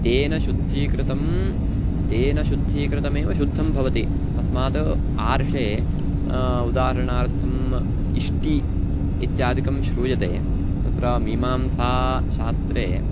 तेन शुद्धीकृतं तेन शुद्धीकृतमेव शुद्धं भवति तस्मात् आर्षे उदाहरणार्थम् इष्टि इत्यादिकं श्रूयते तत्र मीमांसाशास्त्रे